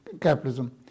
capitalism